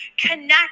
connect